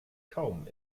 kaum